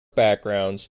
backgrounds